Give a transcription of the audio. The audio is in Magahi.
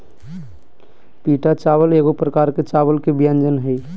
पीटा चावल एगो प्रकार के चावल के व्यंजन हइ